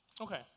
Okay